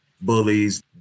bullies